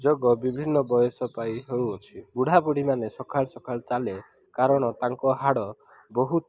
ଯୋଗ ବିଭିନ୍ନ ବୟସ ପାଇଁ ହେଉଅଛି ବୁଢ଼ାବୁଢ଼ୀ ମାନେ ସକାଳୁ ସକାଳୁ ଚାଲେ କାରଣ ତାଙ୍କ ହାଡ଼ ବହୁତ